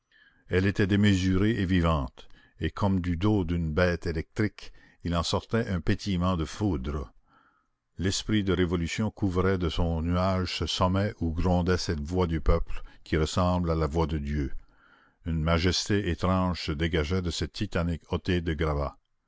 elle était démesurée et vivante et comme du dos d'une bête électrique il en sortait un pétillement de foudres l'esprit de révolution couvrait de son nuage ce sommet où grondait cette voix du peuple qui ressemble à la voix de dieu une majesté étrange se dégageait de cette titanique hottée de gravats